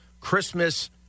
Christmas